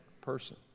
person